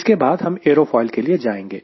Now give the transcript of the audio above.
इसके बाद हम एरोफोइल के लिए जाएंगे